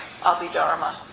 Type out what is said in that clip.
Abhidharma